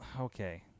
Okay